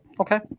Okay